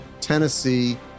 Tennessee